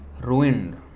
ruined